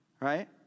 right